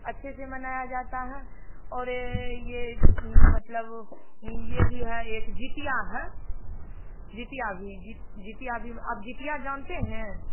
अच्छे से मनाया जाता है और ये मतलब ये भी है एक ज्यूतिया है ज्यूतिया भी जि ज्यूतिया भी म आप ज्यूतिया जानते हैं